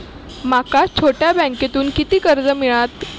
माका छोट्या बँकेतून किती कर्ज मिळात?